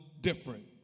different